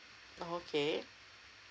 okay